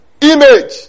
image